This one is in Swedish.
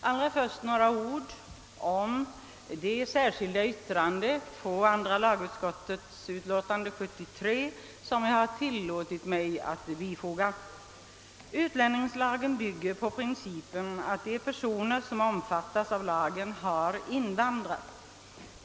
I det särskilda yttrande, som jag tillåtit mig foga till andra lagutskottets utlåtande nr 73, anför jag att utlänningslagen bygger på principen, att de personer som omfattas av lagen har invandrat.